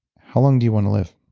how long do you want to live?